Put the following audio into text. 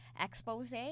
expose